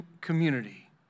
community